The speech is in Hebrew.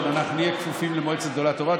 אנחנו נהיה כפופים למועצת גדולי התורה,